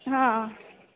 हां